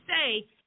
say